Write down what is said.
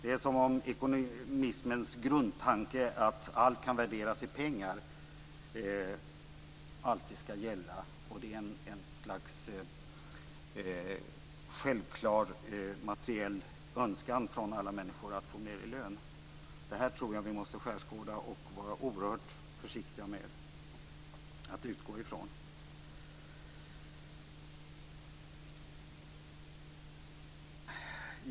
Det är som om ekonomismens grundtanke, att allt kan värderas i pengar, alltid skall gälla och som om det är ett slags självklar materiell önskan från alla människor att få mer i lön. Jag tror att vi måste skärskåda detta och vara oerhört försiktiga med att utgå ifrån att det är så.